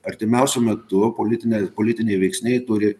artimiausiu metu politinė politiniai veiksniai turi